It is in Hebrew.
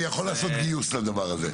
אני יכול לעשות גיוס לדבר הזה.